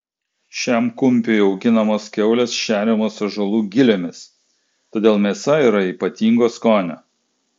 šiam kumpiui auginamos kiaulės šeriamos ąžuolų gilėmis todėl mėsa yra ypatingo skonio